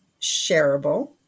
shareable